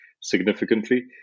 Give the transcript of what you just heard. significantly